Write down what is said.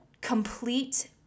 complete